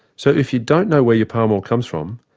so, if you don't know where your palm oil comes from,